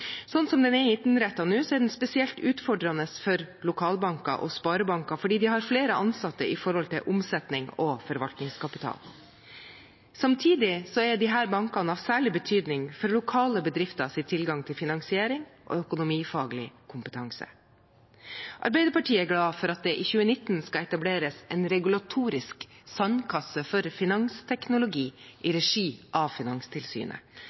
Sånn den er innrettet nå, er den spesielt utfordrende for lokalbanker og sparebanker fordi de har flere ansatte i forhold til omsetning og forvaltningskapital. Samtidig er disse bankene av særlig betydning for lokale bedrifters tilgang til finansiering og økonomifaglig kompetanse. Arbeiderpartiet er glad for at det i 2019 skal etableres en regulatorisk sandkasse for finansteknologi i regi av Finanstilsynet.